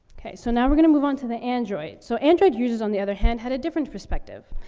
kay. so now we're gonna move on to the android. so android users, on the other hand, had a different perspective.